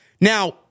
Now